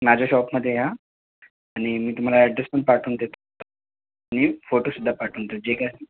माझ्या शॉपमध्ये या आणि मी तुम्हाला ॲड्रेस पण पाठवून देतो नी फोटोसुद्धा पाठवून देऊ जे काय असेल